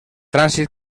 trànsit